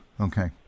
Okay